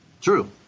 True